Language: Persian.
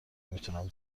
میتونم